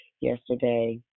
Yesterday